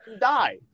Die